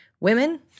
Women